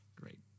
Great